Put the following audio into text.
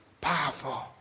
powerful